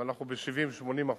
אבל אנחנו ב-70% 80%,